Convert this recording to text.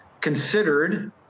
considered